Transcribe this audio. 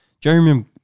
Jeremy